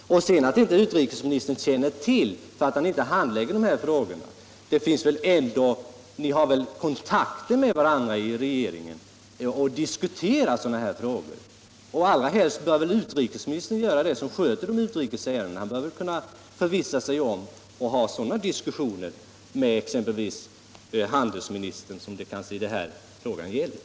Med anledning av att utrikesministern inte känner till vad som kan förekomma därför att han inte handlägger dessa frågor vill jag säga, att ni väl har kontakter med varandra i regeringen och diskuterar sådana här spörsmål. Allra helst bör väl utrikesministern göra det, eftersom han sköter de utrikes ärendena. Han bör väl förvissa sig om vad som händer och diskutera frågorna med t.ex. handelsministern, som kanske handlägger dessa ärenden.